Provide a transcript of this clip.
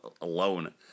alone